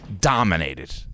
dominated